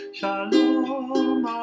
Shalom